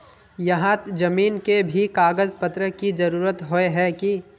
यहात जमीन के भी कागज पत्र की जरूरत होय है की?